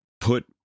put